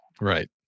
Right